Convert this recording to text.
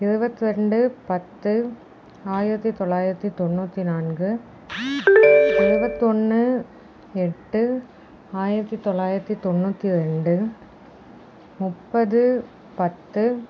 இருபத்தி ரெண்டு பத்து ஆயிரத்து தொள்ளாயிரத்து தொண்ணூற்றி நான்கு இருபத்தொன்னு எட்டு ஆயிரத்து தொள்ளாயிரத்து தொண்ணூற்றி ரெண்டு முப்பது பத்து